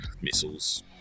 missiles